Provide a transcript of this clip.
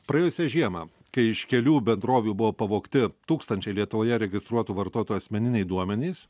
praėjusią žiemą kai iš kelių bendrovių buvo pavogti tūkstančiai lietuvoje registruotų vartotojų asmeniniai duomenys